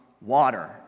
water